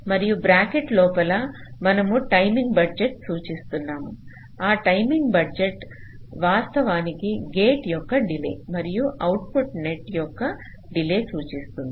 మరియు బ్రాకెట్ లోపల మనము టైమింగ్ బడ్జెట్ను సూచిస్తున్నాము ఆ టైమింగ్ బడ్జెట్ వాస్తవానికి గేట్ యొక్క డిలే మరియు అవుట్పుట్ నెట్ యొక్క డిలే సూచిస్తుంది